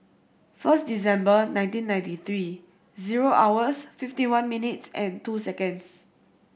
first December nineteen ninety three zero hours fifty one minutes and two seconds